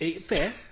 Fair